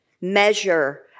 measure